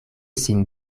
sin